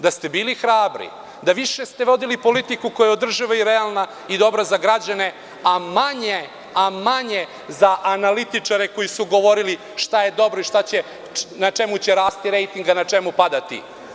Da ste bili hrabri, da ste više vodili politiku koja je održiva i realna i dobra za građane, a manje za analitičare koji su govorili šta je dobro i na čemu će rasti rejting, a na čemu padati.